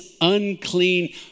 unclean